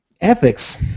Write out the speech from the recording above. Ethics